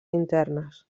internes